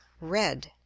red